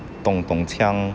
咚咚锵